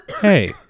Hey